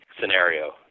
scenario